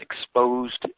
exposed